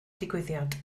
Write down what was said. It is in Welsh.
digwyddiad